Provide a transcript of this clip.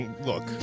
Look